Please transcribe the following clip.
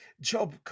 Job